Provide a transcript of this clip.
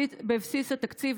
להיות בבסיס התקציב,